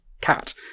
Cat